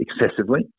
excessively